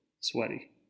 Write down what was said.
sweaty